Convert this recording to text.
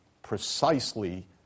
precisely